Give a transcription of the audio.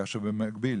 כאשר במקביל